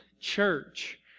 church